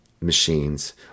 machines